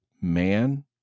man